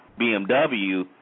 BMW